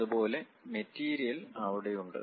അതുപോലെ മെറ്റീരിയൽ അവിടെയുണ്ട്